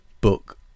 book